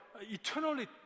eternally